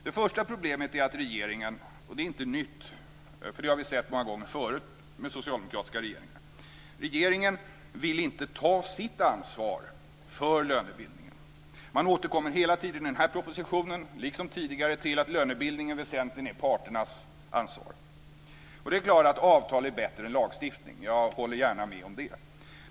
Det första problemet är inte nytt. Det har vi sett flera gånger förut med socialdemokratiska regeringar. Regeringen vill inte ta sitt ansvar för lönebildningen. Man återkommer hela tiden i den här propositionen, liksom tidigare, till att lönebildningen väsentligen är parternas ansvar. Det är klart att avtal är bättre än lagstiftning. Jag håller gärna med om det.